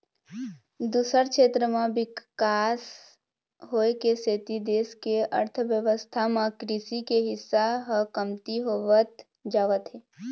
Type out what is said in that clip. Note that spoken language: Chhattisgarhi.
दूसर छेत्र म बिकास होए के सेती देश के अर्थबेवस्था म कृषि के हिस्सा ह कमती होवत जावत हे